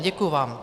Děkuji vám.